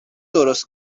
درست